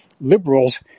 liberals